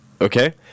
okay